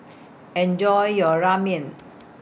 Enjoy your Ramen